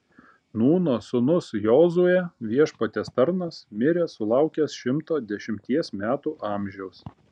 nūno sūnus jozuė viešpaties tarnas mirė sulaukęs šimto dešimties metų amžiaus